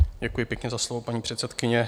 Děkuji pěkně za slovo, paní předsedkyně.